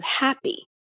happy